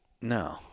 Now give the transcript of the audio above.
No